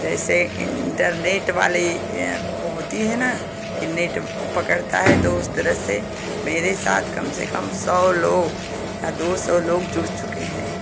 जैसे इंटरनेट वाले होती है न कि नेट पकड़ता है तो उस तरह से मेरे साथ कम से कम सौ लोग या दो सौ लोग जुड़ चुके हैं